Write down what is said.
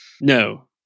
No